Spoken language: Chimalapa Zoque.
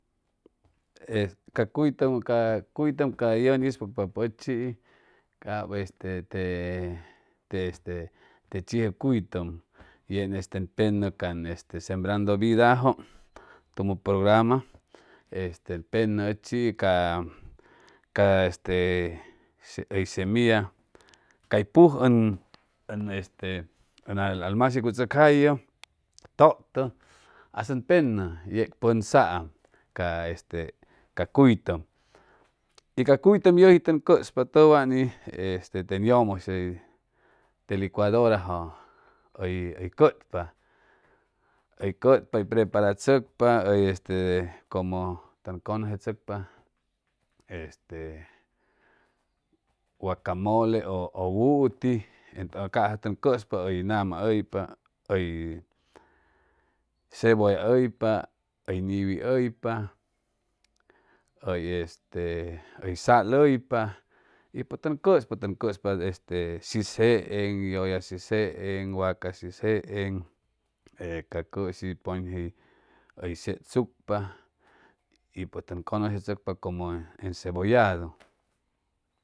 E ca cuytʉm ca cuytʉm ca yʉn ispʉgapapʉ ʉchi cap este e te este chiʉ cuytʉm y ʉn este ʉn penʉ can sembrando vidajʉ tumo programa este ʉn penʉ ʉchiis ca ca este hʉy semilla cay puj ʉn ʉn este ʉn almacigu chʉcjayʉ tʉtʉ has ʉn penʉ yeg pʉnsaam ca este ca cuytʉm y ca cuytʉm yʉji tʉn cʉspa tʉwan'is este ten yʉmʉs hʉy te licuadorajʉ hʉy hʉy cʉtpa hʉy cʉtpa hʉy preparachʉcpa hʉy este como tʉn cʉnʉsechʉcpa este wacamole ʉ ʉ wuti entʉ ca'sa tʉn cʉspa hʉy nama hʉypa hʉy cebolla hʉypa hʉy niwi hʉypa hʉy sal hʉypa y pues tʉn cʉspa tʉn cʉspa este shis jeeŋ yʉya shis jeeŋ wacas shis jeeŋ e ca cʉshi pʉñʉji hʉy setsucpa y pues tʉn cʉnʉsechʉcpa como encebolladu